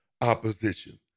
opposition